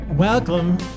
Welcome